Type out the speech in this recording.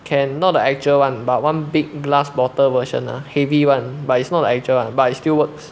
can not the actual [one] but one big glass bottle version lah heavy [one] but it's not the actual [one] but it still works